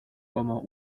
como